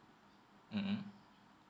mmhmm